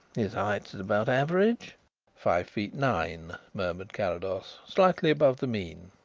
his height is about average five feet nine, murmured carrados. slightly above the mean.